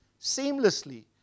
seamlessly